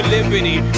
Liberty